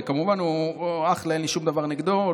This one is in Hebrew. וכמובן, הוא אחלה, אין לי שום דבר נגדו.